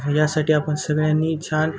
यासाठी आपण सगळ्यांनी छान